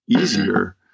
easier